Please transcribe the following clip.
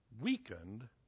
weakened